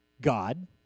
God